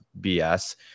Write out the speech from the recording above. BS